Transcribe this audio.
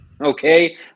Okay